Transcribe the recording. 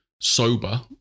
sober